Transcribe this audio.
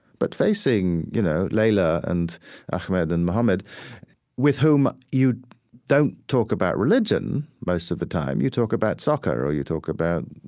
but facing, you know, leyla and ahmed and mohammed with whom you don't talk about religion most of the time. you talk about soccer or you talk about,